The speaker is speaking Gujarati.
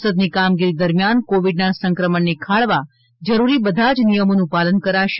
સંસદની કામગીરી દરમિયાન કોવિડના સંક્રમણને ખાળવા જરૂરી બધા જ નિયમોનું પાલન કરાશે